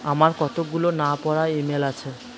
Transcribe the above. আমার কতকগুলো না পড়া ইমেল আছে